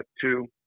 Two